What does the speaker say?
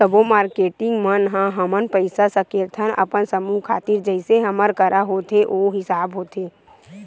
सब्बो मारकेटिंग मन ह हमन पइसा सकेलथन अपन समूह खातिर जइसे हमर करा होथे ओ हिसाब होथे